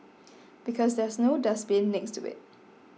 because there's no dustbin next to it